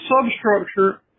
substructure